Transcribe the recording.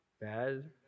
bad